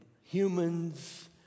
humans